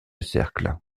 cercle